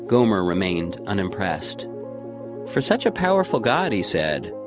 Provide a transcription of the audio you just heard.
gomer remained unimpressed for such a powerful god, he said,